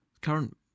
current